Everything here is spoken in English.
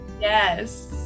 Yes